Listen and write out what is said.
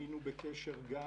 היינו בקשר גם,